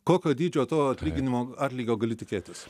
kokio dydžio to atlyginimo atlygio gali tikėtis